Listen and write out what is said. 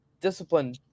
Discipline